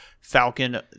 falcon